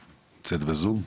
בזום.